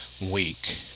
week